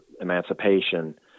emancipation